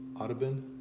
Audubon